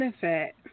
benefit